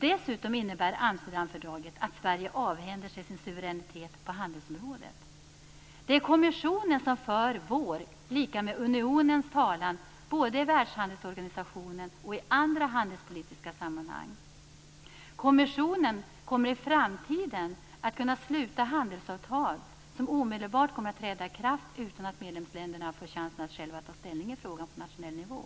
Dessutom innebär Amsterdamfördraget att Sverige avhänder sig sin suveränitet på handelsområdet. Det är kommissionen som för vår, dvs. unionens, talan både i världshandelsorganisationen och i andra handelspolitiska sammanhang. Kommissionen kommer i framtiden att kunna sluta handelsavtal som omedelbart kommer att träda i kraft utan att medlemsländerna får chansen att själva ta ställning i frågan på nationell nivå.